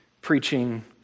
Preaching